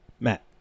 Matt